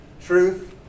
Truth